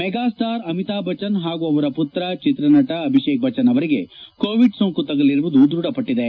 mega star Amitabh Bachchan ಹಾಗೂ ಅವರ ಮತ್ರ ಚಿತ್ರನಟ ಅಭಿಷೇಕ್ ಬಜ್ಜನ್ ಅವರಿಗೆ ಕೋವಿಡ್ ಸೋಂಕು ತಗುಲಿರುವುದು ದೃಢಪಟ್ಟಿದೆ